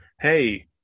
hey